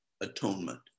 atonement